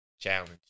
challenge